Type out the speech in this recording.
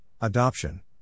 adoption